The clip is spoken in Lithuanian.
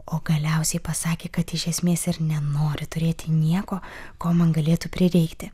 o galiausiai pasakė kad iš esmės ir nenori turėti nieko ko man galėtų prireikti